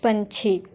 ਪੰਛੀ